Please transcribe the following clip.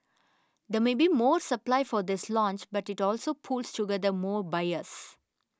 there may be more supply for this launch but it also pools together more buyers